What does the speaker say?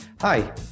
Hi